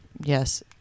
yes